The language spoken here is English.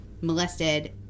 molested